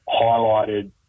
highlighted